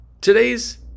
today's